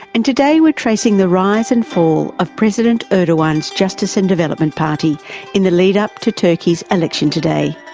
and today we're tracing the rise and fall of president erdogan's justice and development party in the lead-up to turkey's election today.